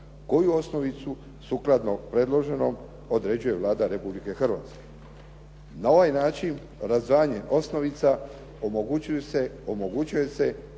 koju osnovicu sukladno predloženom određuje Vlada Republike Hrvatske. Na ovaj način razdvajanjem osnovica omogućuje se